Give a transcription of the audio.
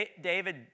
David